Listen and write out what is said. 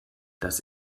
dass